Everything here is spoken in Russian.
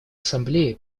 ассамблеи